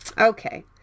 Okay